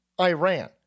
Iran